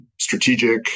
strategic